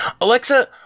Alexa